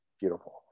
beautiful